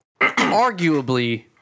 arguably